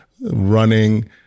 running